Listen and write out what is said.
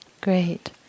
Great